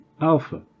alpha